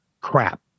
crap